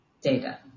data